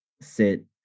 sit